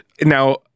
Now